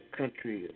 country